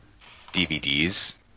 DVDs